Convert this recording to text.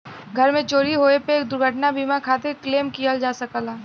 घर में चोरी होये पे दुर्घटना बीमा खातिर क्लेम किहल जा सकला